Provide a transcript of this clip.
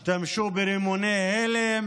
השתמשה ברימוני הלם,